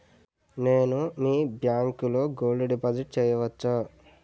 నేను మీ బ్యాంకులో గోల్డ్ డిపాజిట్ చేయవచ్చా?